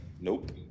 Nope